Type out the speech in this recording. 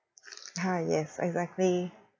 ah yes exactly